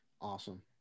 awesome